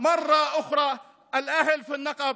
אנשיי בנגב,